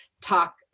talk